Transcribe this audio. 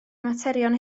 materion